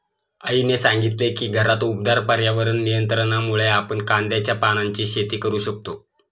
आईने सांगितले की घरात उबदार पर्यावरण नियंत्रणामुळे आपण कांद्याच्या पानांची शेती करू शकतो